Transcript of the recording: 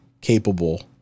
Capable